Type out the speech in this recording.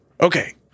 Okay